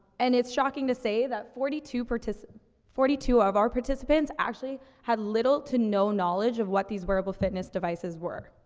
and it's shocking to say that forty two partic forty two of our participants actually had little to no knowledge of what these wearable fitness devices were.